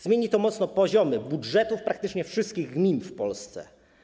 Zmieni to mocno poziomy budżetów praktycznie wszystkich gmin w Polsce.